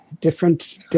different